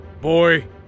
Boy